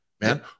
Man